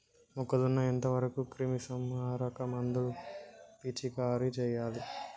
మొక్కజొన్న ఎంత వరకు క్రిమిసంహారక మందులు పిచికారీ చేయాలి?